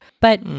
but-